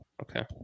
Okay